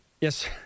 yes